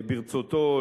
ברצותו,